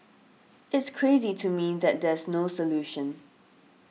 it's crazy to me that there's no solution